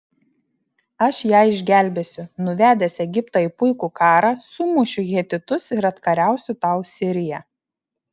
aš ją išgelbėsiu nuvedęs egiptą į puikų karą sumušiu hetitus ir atkariausiu tau siriją